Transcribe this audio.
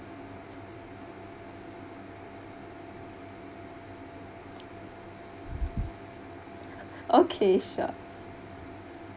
okay sure